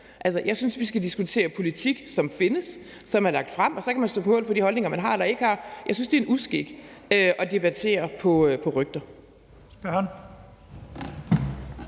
jeg synes, vi skal diskutere politik, som findes, som er lagt frem, og så kan man stå på mål for de holdninger, man har eller ikke har. Jeg synes, det er en uskik at debattere på baggrund